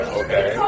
okay